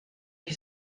qui